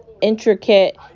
intricate